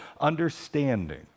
understanding